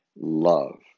love